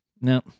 no